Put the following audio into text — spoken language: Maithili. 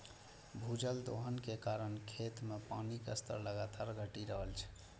भूजल दोहन के कारण खेत मे पानिक स्तर लगातार घटि रहल छै